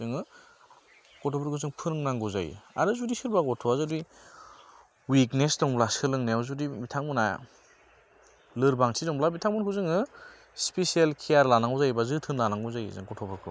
जोङो गथ'फोरखौ जों फोरोंनांगौ जायो आरो जुदि सोरबा गथ'आ जुदि उइकनेस दंब्ला सोलोंनायाव जुदि बिथांमोना लोरबांथि दंब्ला बिथांमोनखौ जोङो स्पेसियेल केयार लानांगौ जायो बा जोथोन लानांगौ जायो जों गथ'फोरखौ